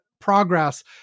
progress